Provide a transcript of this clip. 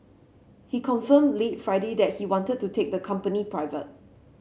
he confirmed late Friday that he wanted to take the company private